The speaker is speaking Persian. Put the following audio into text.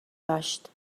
داشت